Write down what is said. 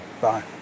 Bye